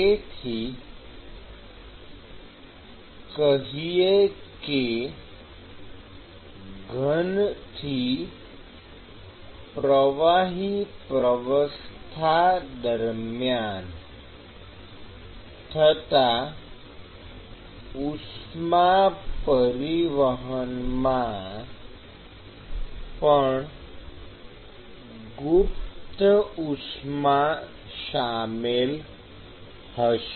તેથી કહીએ કે ઘનથી પ્રવાહી પ્રાવસ્થા દરમિયાન થતાં ઉષ્મા પરિવહનમાં પણ ગુપ્ત ઉષ્મા શામેલ હશે